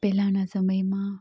પહેલાના સમયમાં